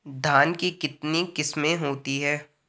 धान की कितनी किस्में होती हैं?